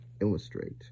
illustrate